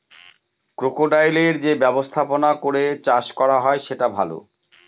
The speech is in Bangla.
ক্রোকোডাইলের যে ব্যবস্থাপনা করে চাষ করা হয় সেটা ভালো